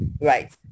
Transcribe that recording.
right